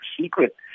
secret